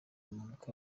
impanuka